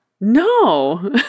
No